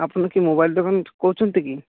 ଆପଣ କିଏ ମୋବାଇଲ ଦୋକାନରୁ କହୁଛନ୍ତି କି